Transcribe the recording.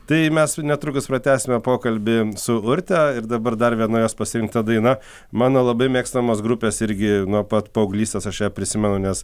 tai mes netrukus pratęsime pokalbį su urte ir dabar dar viena jos pasirinkta daina mano labai mėgstamos grupės irgi nuo pat paauglystės aš ją prisimenu nes